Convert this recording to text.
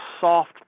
soft